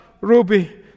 Ruby